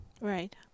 Right